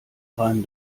reim